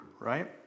right